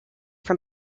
from